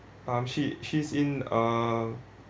um she she's in uh